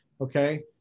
Okay